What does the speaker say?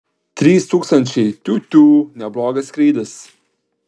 trys tūkstančiai tiū tiū neblogas skrydis